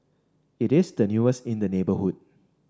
it is the newest in the neighbourhood